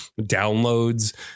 downloads